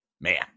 Man